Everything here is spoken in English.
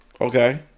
Okay